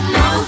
no